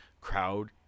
Crowd